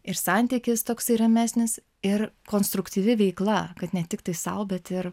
ir santykis toksai ramesnis ir konstruktyvi veikla kad ne tiktai sau bet ir